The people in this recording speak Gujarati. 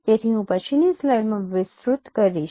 તેથી હું પછીની સ્લાઇડ્સમાં વિસ્તૃત કરીશ